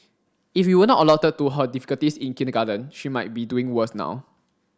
if we were not alerted to her difficulties in kindergarten she might be doing worse now